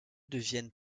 deviennent